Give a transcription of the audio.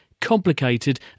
complicated